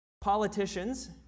politicians